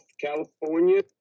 California